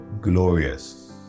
Glorious